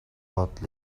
бодол